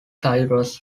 cyrus